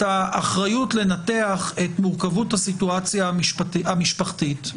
האחריות לנתח את מורכבות הסיטואציה המשפחתית,